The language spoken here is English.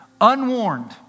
unwarned